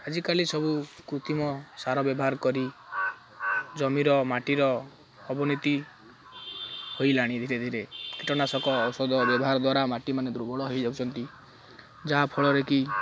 ଆଜିକାଲି ସବୁ କୃତିମ ସାର ବ୍ୟବହାର କରି ଜମିର ମାଟିର ଅବନୀତି ହୋଇଲାଣି ଧୀରେ ଧୀରେ କୀଟନାଶକ ଔଷଧ ବ୍ୟବହାର ଦ୍ୱାରା ମାଟିମାନେ ଦୁର୍ବଳ ହୋଇଯାଉଛନ୍ତି ଯାହାଫଳରେ କି